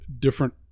Different